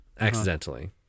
accidentally